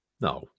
No